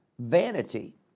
vanity